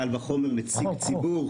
קל וחומר נציג ציבור,